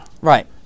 Right